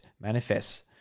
manifests